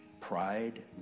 pride